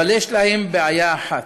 אבל יש להם בעיה אחת: